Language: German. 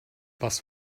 was